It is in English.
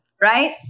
Right